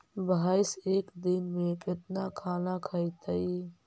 भैंस एक दिन में केतना खाना खैतई?